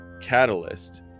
catalyst